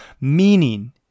meaning